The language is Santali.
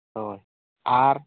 ᱦᱳᱭ ᱟᱨ